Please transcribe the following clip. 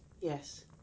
Yes